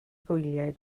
gwyliau